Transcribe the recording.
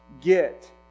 get